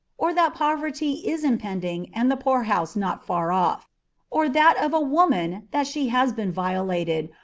or that poverty is impending and the poorhouse not far off or that of a woman that she has been violated,